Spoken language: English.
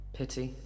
pity